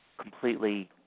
completely